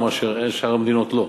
מה ששאר המדינות לא.